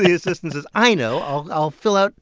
yeah assistant says i know, i'll fill out